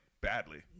badly